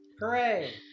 hooray